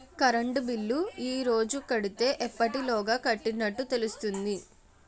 Current bill ఈ రోజు కడితే ఎప్పటిలోగా కట్టినట్టు తెలుస్తుంది?